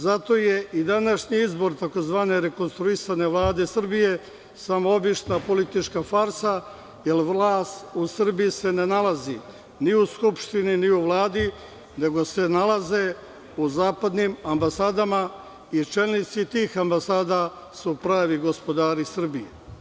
Zato je i današnji izbor tzv. rekonstruisane Vlade Srbije samo obična politička farsa, jer vlast u Srbiji se ne nalazi ni u Skupštini ni u Vladi, nego se nalazi u zapadnim ambasadama i čelnici tih ambasada su pravi gospodari Srbije.